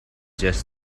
just